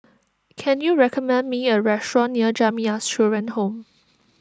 can you recommend me a restaurant near Jamiyah Children's Home